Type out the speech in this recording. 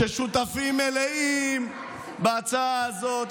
שהם שותפים מלאים בהצעה הזאת,